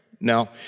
Now